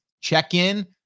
check-in